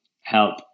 help